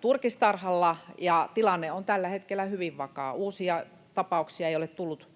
turkistarhalla, ja tilanne on tällä hetkellä hyvin vakaa. Uusia tapauksia ei ole tullut